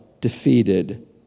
defeated